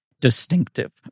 distinctive